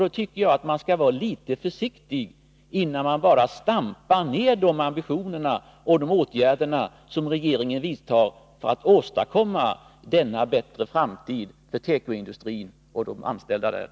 Då tycker jag att man skall vara litet försiktig, innan man bara stampar ned de ambitionerna och de åtgärder som regeringen vidtar för att åstadkomma denna bättre framtid för tekoindustrin och de anställda där.